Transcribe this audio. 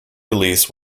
release